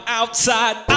outside